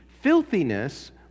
Filthiness